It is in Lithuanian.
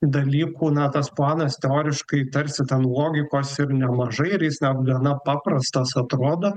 dalykų na tas planas teoriškai tarsi ten logikos ir nemažai ir jis net gana paprastas atrodo